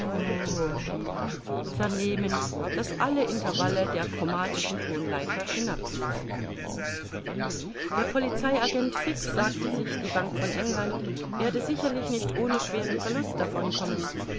vernehmen das alle intervalle der chromatischen tonleiter hinab lief der polizei agent fix sagte sich die bank von england werde sicherlich nicht ohne schweren verlust davonkommen